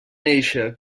néixer